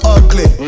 ugly